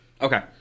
Okay